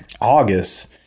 august